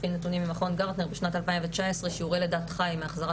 לפי הנתונים של מכון גרטנר בשנת 2019 שיעורי לידת חי מהחזרה